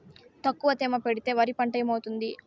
తక్కువ తేమ పెడితే వరి పంట ఏమవుతుంది